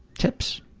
tips.